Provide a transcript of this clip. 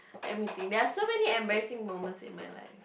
let me think there're so many embarrassing moments in my life